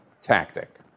tactic